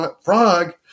Frog